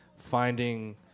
finding